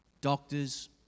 doctors